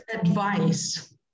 advice